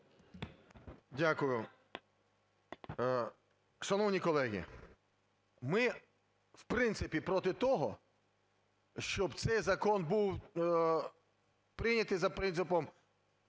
Дякую. Шановні колеги, ми в принципі проти того, щоб цей закон був прийнятий за принципом: